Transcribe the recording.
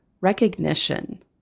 recognition